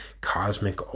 cosmic